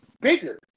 bigger